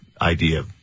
idea